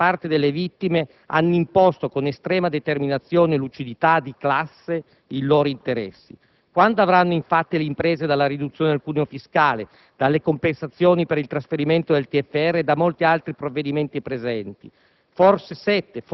facendo quasi la parte delle vittime, hanno imposto con estrema determinazione e lucidità di classe i loro interessi. Quanto avranno infatti le imprese dalla riduzione del cuneo fiscale, dalle compensazioni per il trasferimento del TFR e da molti altri provvedimenti presenti